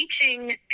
teaching